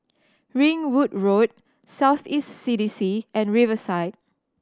Ringwood Road South East C D C and Riverside